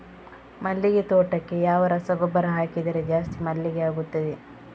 ಮಲ್ಲಿಗೆ ತೋಟಕ್ಕೆ ಯಾವ ರಸಗೊಬ್ಬರ ಹಾಕಿದರೆ ಜಾಸ್ತಿ ಮಲ್ಲಿಗೆ ಆಗುತ್ತದೆ?